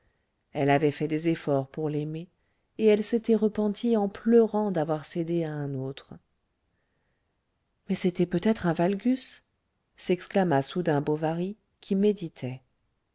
elle avait fait des efforts pour l'aimer et elle s'était repentie en pleurant d'avoir cédé à un autre mais c'était peut-être un valgus exclama soudain bovary qui méditait